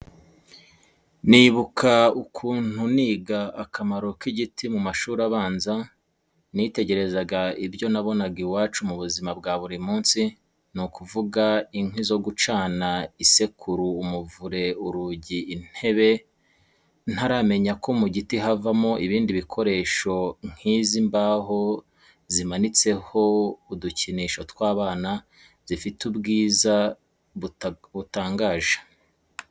Nibuka ukuntu niga akamaro k'igiti mu mashuri abanza, nitekererezaga ibyo nabonaga iwacu mu buzima bwa buri munsi, ni ukuvuga: inkwi zo gucana, isekuru, umuvure, urugi, intebe, ntaramenya ko mu giti havamo ibindi bikoresho nk'izi mbaho zimanitseho udukinisho tw'abana, zifite ubwiza butangaje.